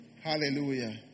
Hallelujah